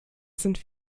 sind